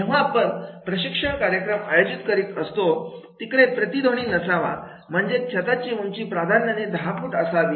जेव्हा आपण प्रशिक्षण कार्यक्रम आयोजित करीत असतो तिकडे प्रतिध्वनी नसावा म्हणजेच छताची उंची प्राधान्याने दहा फूट असावी